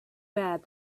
bad